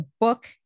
book